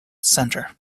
centre